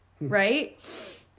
right